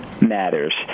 matters